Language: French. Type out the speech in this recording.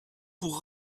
pour